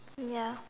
ya